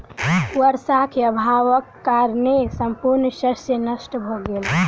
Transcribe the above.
वर्षाक अभावक कारणेँ संपूर्ण शस्य नष्ट भ गेल